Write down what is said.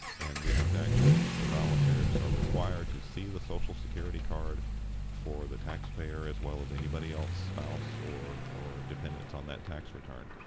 and we have to actually the volunteers are required to see the social security card for the taxpayer as well as anybody else, spouse, or or dependents on that tax return.